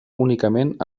únicament